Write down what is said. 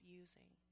using